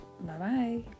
Bye-bye